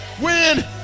win